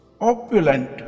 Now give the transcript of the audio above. Opulent